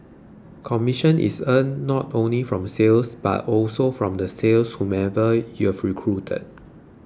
commission is earned not only from sales but also from the sales of whomever you've recruited